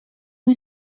nim